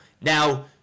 Now